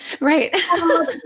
Right